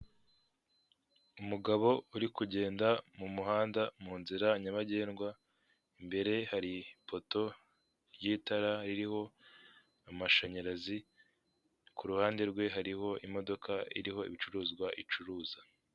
Umugabo uri kugenda mu muhanda mu nzira nyabagendwa, imbere hari ipoto ry'itara ririho amashanyarazi, ku ruhande rwe hariho imodoka iriho icuruzwa, icuruza.